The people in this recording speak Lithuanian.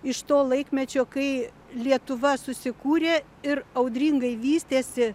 iš to laikmečio kai lietuva susikūrė ir audringai vystėsi